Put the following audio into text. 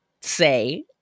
say